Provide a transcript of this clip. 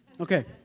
Okay